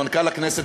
מנכ"ל הכנסת